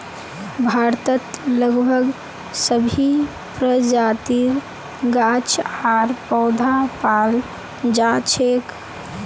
भारतत लगभग सभी प्रजातिर गाछ आर पौधा पाल जा छेक